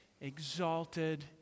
exalted